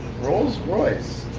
rolls royce.